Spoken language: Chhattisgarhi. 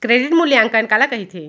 क्रेडिट मूल्यांकन काला कहिथे?